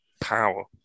power